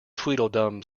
tweedledum